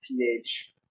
pH –